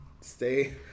stay